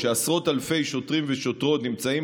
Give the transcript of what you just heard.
כשעשרות אלפי שוטרים ושוטרות נמצאים